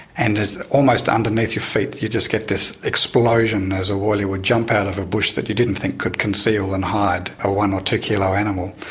and almost underneath your feet you just get this explosion as a woylie would jump out of a bush that you didn't think could conceal and hide a one or two-kilo animal.